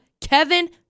Kevin